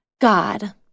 God